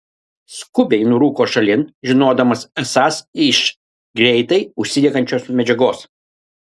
skubiai nurūko šalin žinodamas esąs iš greitai užsidegančios medžiagos